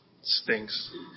stinks